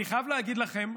אני חייב להגיד לכם,